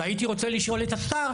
והייתי רוצה לשאול את השר,